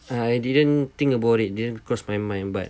I didn't think about it didn't cross my mind but